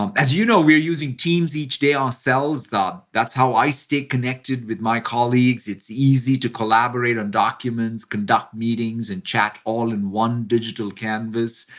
um as you know, we are using teams each day ourselves. that's how i stay connected with my colleagues. it's easy to collaborate on documents, conduct meetings, and chat all in one digital canvas.